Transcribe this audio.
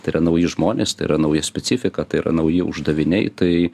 tai yra nauji žmonės tai yra nauja specifika tai yra nauji uždaviniai tai